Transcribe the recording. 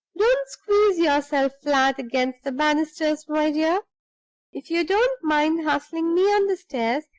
don't squeeze yourself flat against the banisters, my dear if you don't mind hustling me on the stairs,